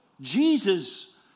Jesus